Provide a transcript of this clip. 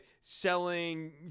selling